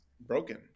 broken